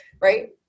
Right